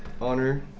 Honor